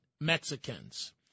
Mexicans